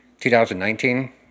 2019